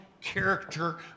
character